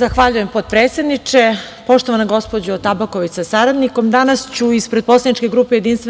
Zahvaljujem, potpredsedniče. Poštovana gospođo Tabaković sa saradnikom, danas ću ispred poslaničke grupe JS